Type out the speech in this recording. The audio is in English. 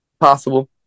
possible